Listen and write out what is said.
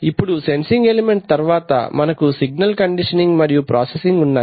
ఇప్పుడు sensing element తరువాత మనకు సిగ్నల్ కండిషనింగ్ మరియు ప్రాసెసింగ్ ఉన్నాయి